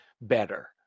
better